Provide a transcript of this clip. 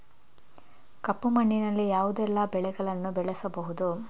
ಕಪ್ಪು ಮಣ್ಣಿನಲ್ಲಿ ಯಾವುದೆಲ್ಲ ಬೆಳೆಗಳನ್ನು ಬೆಳೆಸಬಹುದು?